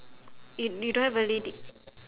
eh you don't have a lady